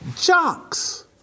jocks